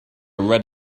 read